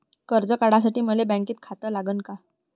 कर्ज काढासाठी मले बँकेत खातं लागन का?